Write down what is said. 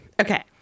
okay